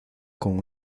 con